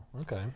okay